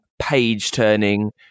page-turning